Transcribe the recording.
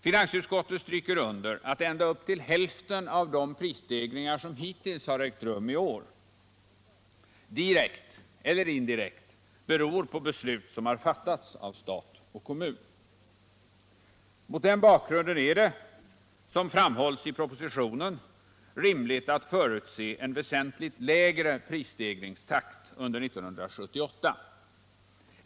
Finansutskottet stryker under att ända upp till hälften av de prisstegringar som hittills har ägt rum i år direkt eller indirekt beror på beslut som har fattats av stat och kommun. Mot den bakgrunden är det — som framhålls i propositionen — rimligt att förutse en väsentligt lägre prisstegringstakt under 1978.